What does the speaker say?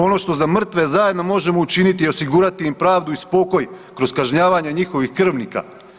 Ono što za mrtve možemo zajedno možemo učiniti osigurati im pravdu i spokoj kroz kažnjavanje njihovih krvnika.